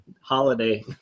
Holiday